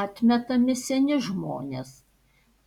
atmetami seni žmonės